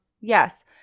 Yes